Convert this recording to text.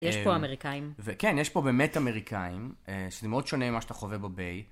יש פה אמריקאים. וכן, יש פה באמת אמריקאים, אה... שזה מאוד שונה ממה שאתה חווה בביי.